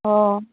अ